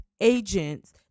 agents